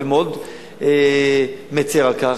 מאוד מצר על כך,